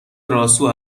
راسو